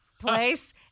place